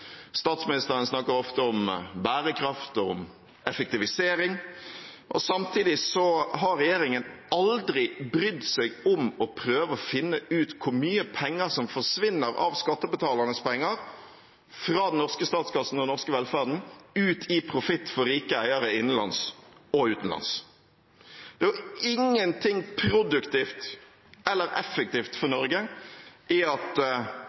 Statsministeren snakker ofte om bærekraft og om effektivisering. Samtidig har regjeringen aldri brydd seg om å prøve å finne ut hvor mye av skattebetalernes penger som forsvinner fra den norske statskassen og den norske velferden og ut i profitt for rike eiere innenlands og utenlands. Det er ingenting produktivt eller effektivt for Norge i at